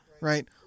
Right